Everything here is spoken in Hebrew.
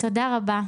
תודה רבה.